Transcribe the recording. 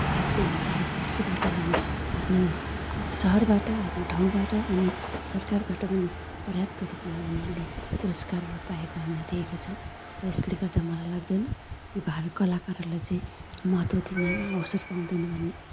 भारतीय भारतवासीबाट अनि आफ्नो सहरबाट आफ्नो ठाउँबाट अनि सरकारबाट पनि पर्याप्त रूपमा उनीहरूले पुरस्कारहरू पाएको हामीले देखेका छौँ र यसले गर्दा मलाई लाग्दैन कि भारत कलाकारहरूलाई चाहिँ महत्त्व दिँदैन अवसर पाउँदैन भन्ने